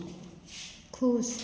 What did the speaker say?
खुश